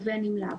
ובין אם לאו,